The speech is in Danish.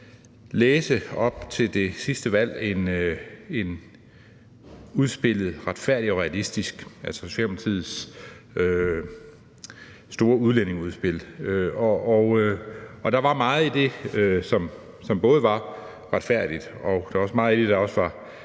læse op til det sidste valg end udspillet »Retfærdig og Realistisk«, altså Socialdemokratiets store udlændingeudspil. Og der var meget i det, som både var retfærdigt, og der var også